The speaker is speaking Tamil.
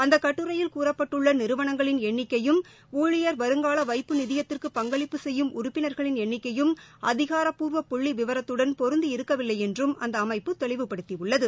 அந்த கட்டுரையில் கூறப்பட்டுள்ள நிறுவனங்களின் எண்ணிக்கையும் ஊழயர் வருங்கால வைப்பு நிதியத்திற்கு பங்களிட்டு செய்யும் உறுப்பினர்களின் எண்ணிக்கையும் அதிகாரப்பூர்வ புள்ள் விவரத்துடன் பொருந்தி இருக்கவில்லை என்று அந்த அமைப்பு தொளிவுபடுத்தியுள்ளது